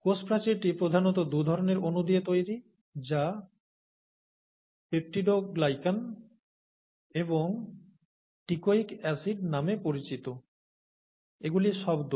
কোষ প্রাচীরটি প্রধানত দুধরণের অণু দিয়ে তৈরি যা 'পেপটিডোগ্লিকান' এবং 'টিকইক অ্যাসিড' নামে পরিচিত এগুলি শব্দ